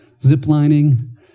Ziplining